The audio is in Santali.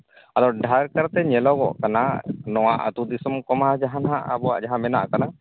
ᱟᱫᱚ ᱰᱷᱮᱨ ᱠᱟᱨᱛᱮ ᱧᱮᱞᱚᱜ ᱠᱟᱱᱟ ᱱᱚᱣᱟ ᱟᱛᱳ ᱫᱤᱥᱚᱢ ᱠᱚᱢᱟ ᱡᱟᱦᱟᱸ ᱱᱟᱦᱟᱸᱜ ᱟᱵᱚᱣᱟᱜ ᱡᱟᱦᱟᱸ ᱢᱮᱱᱟᱜ ᱠᱟᱫᱟ